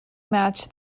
match